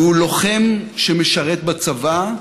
הוא לוחם שמשרת בצבא,